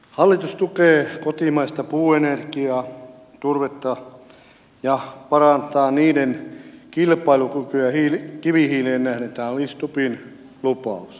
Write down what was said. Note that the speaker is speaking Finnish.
hallitus tukee kotimaista puuenergiaa turvetta ja parantaa niiden kilpailukykyä kivihiileen nähden tämä oli stubbin lupaus